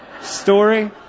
story